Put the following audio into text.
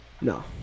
no